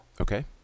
Okay